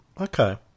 Okay